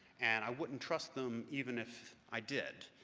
and i wouldn't trust them even if i did,